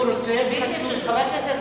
הוא רוצה, חבר הכנסת טיבי,